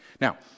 Now